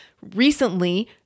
recently